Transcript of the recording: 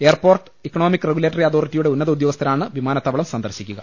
airport economic regulatory അതോറിറ്റിയുടെ ഉന്നത ഉദ്യോഗസ്ഥരാണ് വിമാന ത്താവളം സന്ദർശിക്കുക